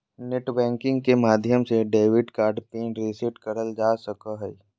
net banking के माध्यम से डेबिट कार्ड पिन रीसेट करल जा सको हय